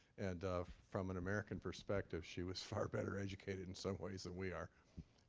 and from an american perspective, she was far better educated, in some ways, then we are.